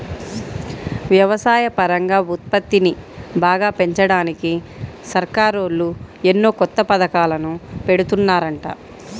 వ్యవసాయపరంగా ఉత్పత్తిని బాగా పెంచడానికి సర్కారోళ్ళు ఎన్నో కొత్త పథకాలను పెడుతున్నారంట